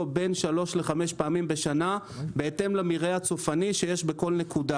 בין שלוש לחמש פעמים בשנה בהתאם למרעה הצופני שיש בכל נקודה.